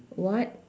what